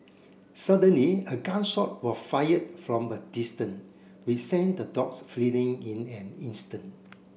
suddenly a gun shot were fired from a distance which sent the dogs fleeing in an instant